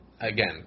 Again